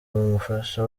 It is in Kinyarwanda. umufasha